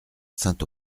saint